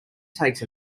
takes